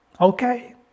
Okay